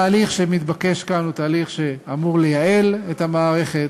התהליך שמתבקש כאן הוא תהליך שאמור לייעל את המערכת,